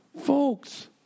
folks